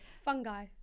Fungi